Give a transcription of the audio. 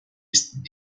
ist